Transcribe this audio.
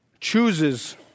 chooses